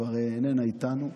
כבר איננה איתנו,